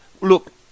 look